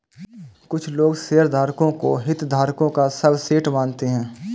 कुछ लोग शेयरधारकों को हितधारकों का सबसेट मानते हैं